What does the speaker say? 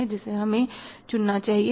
जिसे हमें चुनना चाहिए